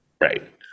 right